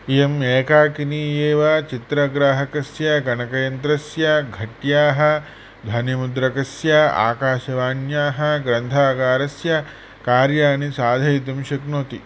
इयम् एकाकिनी एव चित्रग्राहकस्य गनकयन्त्रस्य घट्याः ध्वनिमूद्रकस्स आकाशवान्याः ग्रन्थकारस्य कार्याणि साधयितुं शक्नोति